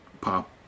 pop